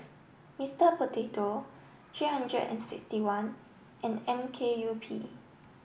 Mister Potato three hundred and sixty one and M K U P